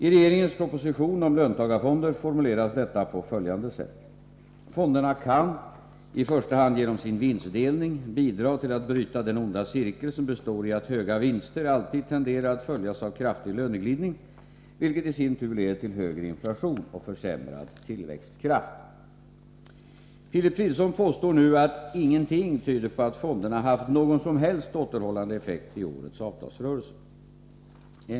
I regeringens proposition om löntagarfonder formuleras detta på följande sätt: ”Fonderna kan, i första hand genom sin vinstdelning, bidra till att bryta den onda cirkel som består i att höga vinster alltid tenderar att följas av kraftig löneglidning, vilket i sin tur leder till högre inflation och försämrad tillväxtkraft.” Filip Fridolfsson påstår nu att ”ingenting” tyder på att fonderna ”haft någon som helst återhållande effekt” i årets avtalsrörelse.